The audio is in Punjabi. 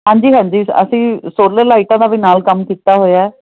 ਹਾਂਜੀ ਹਾਂਜੀ ਅਸੀਂ ਸੋਲਰ ਲਾਈਟਾਂ ਦਾ ਵੀ ਨਾਲ ਕੰਮ ਕੀਤਾ ਹੋਇਆ